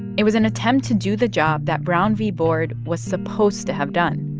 it was an attempt to do the job that brown v. board was supposed to have done.